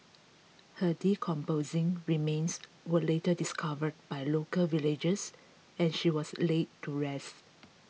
her decomposing remains were later discovered by local villagers and she was laid to rest